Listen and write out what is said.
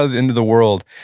ah the end of the world.